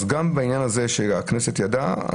גם בעניין הזה שהכנסת ידעה,